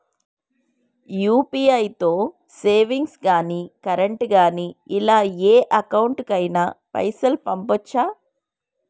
UPI తో savings గాని current గాని ఇలా ఏ అకౌంట్ కైనా పైసల్ పంపొచ్చా?